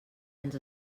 ens